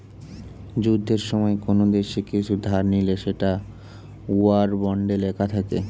যুদ্ধের সময়ে কোন দেশ কিছু ধার নিলে সেটা ওয়ার বন্ডে লেখা থাকে